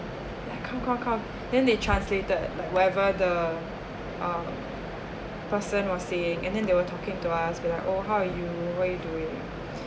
like come come come then they translated like whatever the(uh) um person and they will saying and then they will talking to us be like oh how are you in a way to it